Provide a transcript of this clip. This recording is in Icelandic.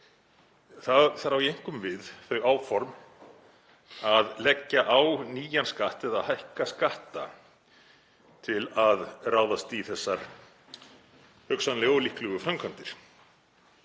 Þar á ég einkum við þau áform að leggja á nýjan skatt eða hækka skatta til að ráðast í þessar hugsanlegu og líklegu framkvæmdir.